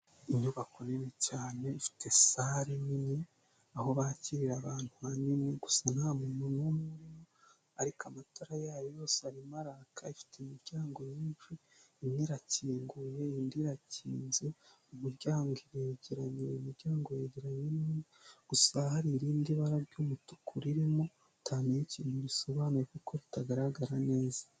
Inyubako nini cyane ifite sale nini aho bakirira abantu hanini gusa nta muntu n'umwe urimo, ariko amatara yayo yose arimo araka, ifite imiryango myinshi imwe irakinguye, indi irakinze umuryango yerekeranye buri muryango yegeranye n'undi gusa hari irindi bara ry'umutuku ririmo utamenya ikintu risobanuye kuko ritagaragara neza.